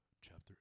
chapter